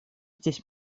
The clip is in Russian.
здесь